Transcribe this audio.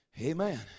Amen